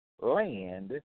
land